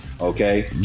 okay